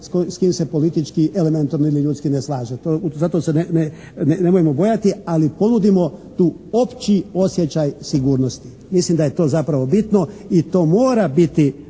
s kim se političkim elementom ili ljudski ne slaže. Zato se nemojmo bojati, ali ponudimo tu opći osjećaj sigurnosti. Mislim da je to zapravo bitno i to mora biti